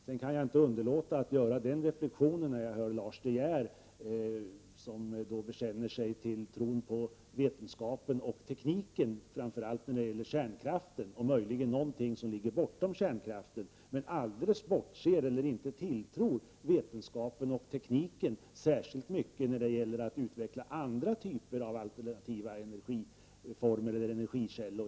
Sedan kan jag inte underlåta att göra en reflexion när Lars De Geer bekänner sig till tron på vetenskapen och tekniken, framför allt när det gäller kärnkraftens möjligheter och något litet bortom kärnkraften. Han bortser alldeles från eller tilltror inte vetenskapen och tekniken att kunna utveckla andra typer av alternativa energikällor.